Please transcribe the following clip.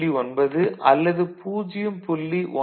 9 அல்லது 0